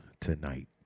Tonight